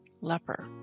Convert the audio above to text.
leper